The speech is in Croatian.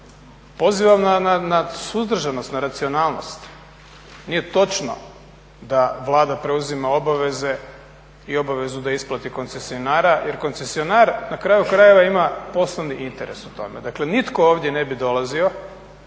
pozivam vas na suzdržanost, na racionalnost. Nije točno da Vlada preuzima obaveze i obavezu da isplati koncesionara jer koncesionar na kraju krajeva ima poslovni interes u tome. Dakle, nitko ovdje ne bi dolazio